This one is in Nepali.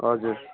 हजुर